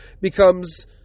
becomes